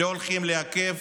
ולא הולכים לעכב